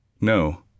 No